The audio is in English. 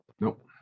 Nope